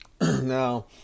Now